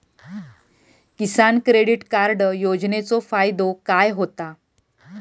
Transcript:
किसान credit card योजनेचो फायदो काय होता?